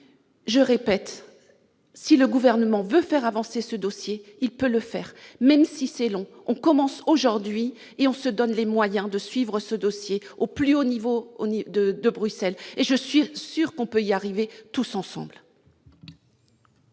le répète : si le Gouvernement veut faire avancer ce dossier, il peut le faire, même si c'est long ! On commence aujourd'hui et on se donne les moyens de suivre ce dossier au plus haut niveau à Bruxelles, et je suis sûre qu'on peut y arriver tous ensemble